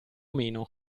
meno